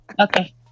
Okay